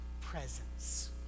presence